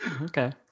okay